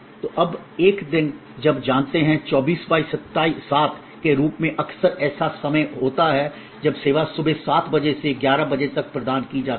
तो अब एक दिन जब जानते हैं 247 के रूप में अक्सर ऐसा समय होता है जब सेवा सुबह 7 बजे से 11 बजे तक प्रदान की जाती है